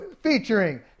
featuring